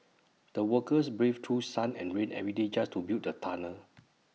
the workers braved through sun and rain every day just to build the tunnel